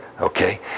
okay